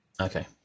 okay